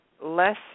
less